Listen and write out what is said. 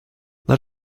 let